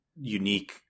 unique